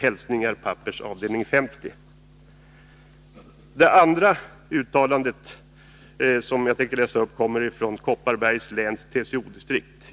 Hälsningar PAPPERS AVD 50” Det andra uttalandet som jag tänker läsa upp kommer från Kopparbergs läns TCO-distrikt.